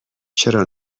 چرا